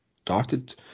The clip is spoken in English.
started